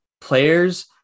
players